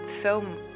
film